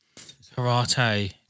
Karate